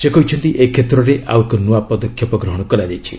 ସେ କହିଛନ୍ତି ଏ କ୍ଷେତ୍ରରେ ଆଉ ଏକ ନୃଆ ପଦକ୍ଷେପ ଗ୍ରହଣ କରାଯାଇଛି